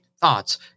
thoughts